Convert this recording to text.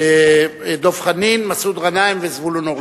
דב חנין, מסעוד גנאים וזבולון אורלב.